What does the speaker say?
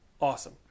awesome